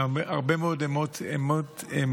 הרבה מאוד אמוציות,